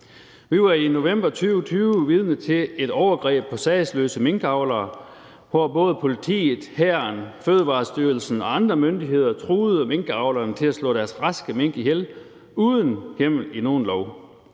Vi var i november 2020 vidne til et overgreb på sagesløse minkavlere, hvor både politiet, hæren, Fødevarestyrelsen og andre myndigheder truede minkavlerne til at slå deres raske mink ihjel uden hjemmel i nogen lov.